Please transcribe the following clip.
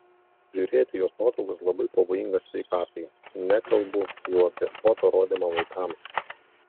žiūrėti į jos nuotraukas labai pavojinga sveikatai nekalbu jau apie foto rodymą vaikams